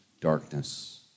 darkness